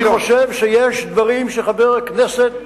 אני חושב שיש דברים שחבר הכנסת,